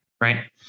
right